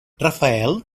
rafael